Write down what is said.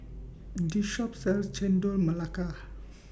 This Shop sells Chendol Melaka